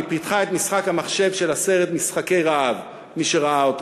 היא פיתחה את משחק המחשב של הסרט "משחקי הרעב" מי שראה אותו.